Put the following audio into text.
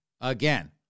again